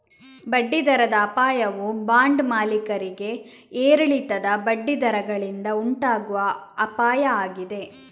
ಬಡ್ಡಿ ದರದ ಅಪಾಯವು ಬಾಂಡ್ ಮಾಲೀಕರಿಗೆ ಏರಿಳಿತದ ಬಡ್ಡಿ ದರಗಳಿಂದ ಉಂಟಾಗುವ ಅಪಾಯ ಆಗಿದೆ